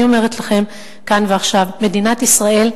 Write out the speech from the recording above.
אני אומרת לכם כאן ועכשיו: מדינת ישראל,